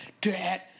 Dad